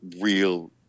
real